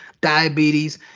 diabetes